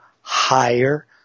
higher